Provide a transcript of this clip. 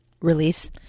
release